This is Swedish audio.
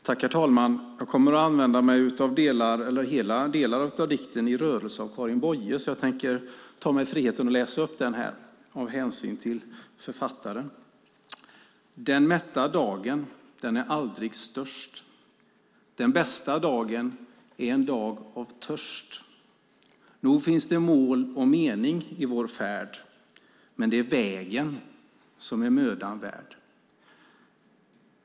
Herr talman! Jag kommer att använda mig av Karin Boyes dikt I rörelse och tar mig friheten att av hänsyn till författaren läsa upp hela dikten: "Den mätta dagen, den är aldrig störst. Den bästa dagen är en dag av törst. Nog finns det mål och mening i vår färd - men det är vägen, som är mödan värd.